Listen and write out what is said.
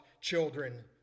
children